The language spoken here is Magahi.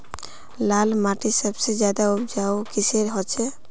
लाल माटित सबसे ज्यादा उपजाऊ किसेर होचए?